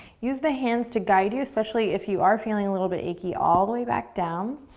use the hands to guide you especially if you are feeling a little bit achy, all the way back down.